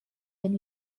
den